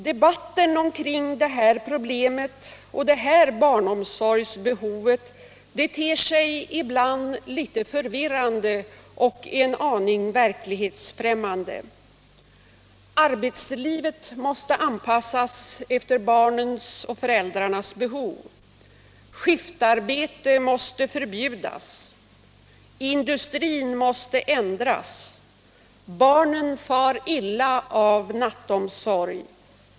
Debatten kring det här problemet och barnomsorgsbehovet ter sig ibland litet förvirrande och en aning verklighetsfrämmande: Arbetslivet måste anpassas efter barnens och föräldrarnas behov. Skiftarbete måste förbjudas. Industrin måste ändras. Barnen far illa av nattomsorg.